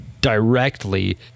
directly